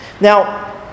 now